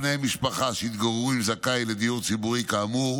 בני משפחה שהתגוררו עם זכאי לדיור ציבורי כאמור